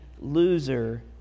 loser